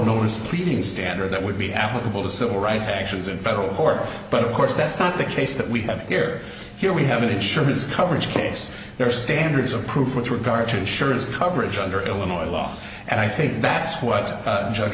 notice pleading standard that would be applicable to civil rights actions in federal court but of course that's not the case that we have here here we have an insurance coverage case there are standards of proof with regard to insurance coverage under illinois law and i think that's what judge